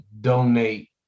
donate